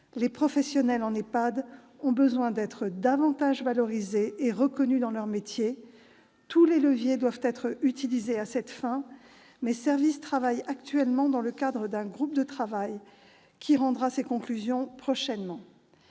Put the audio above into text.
Les professionnels en EHPAD ont besoin d'être davantage valorisés et reconnus dans leurs métiers. Tous les leviers doivent être utilisés à cette fin. Mes services travaillent actuellement dans le cadre d'un groupe de travail qui rendra ses conclusions prochainement.